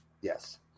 Yes